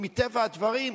מטבע הדברים,